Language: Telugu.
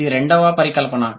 ఇది రెండవ పరికల్పన